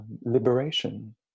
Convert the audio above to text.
Liberation